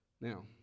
Now